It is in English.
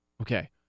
Okay